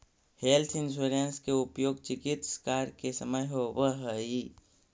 health insurance के उपयोग चिकित्स कार्य के समय होवऽ हई